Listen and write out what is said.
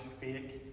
fake